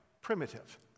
primitive